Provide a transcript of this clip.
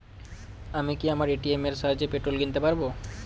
আমি কি আমার এ.টি.এম এর সাহায্যে পেট্রোল কিনতে পারব?